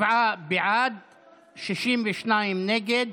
47 בעד, 62 נגד,